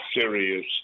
serious